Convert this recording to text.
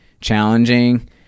challenging